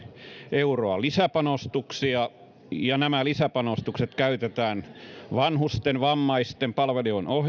euroa lisäpanostuksia ja nämä lisäpanostukset käytetään vanhusten ja vammaisten palvelujen